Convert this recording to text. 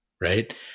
Right